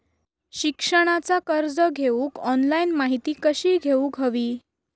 शिक्षणाचा कर्ज घेऊक ऑनलाइन माहिती कशी घेऊक हवी?